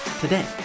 today